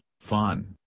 fun